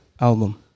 album